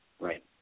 Right